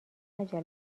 عجله